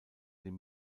dem